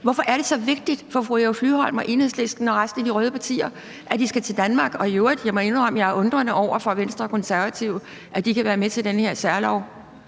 Hvorfor er det så vigtigt for fru Eva Flyvholm og Enhedslisten og resten af de røde partier, at de skal til Danmark? Og jeg må indrømme, at jeg i øvrigt stiller mig undrende over for, at Venstre og Konservative kan være med til den her særlov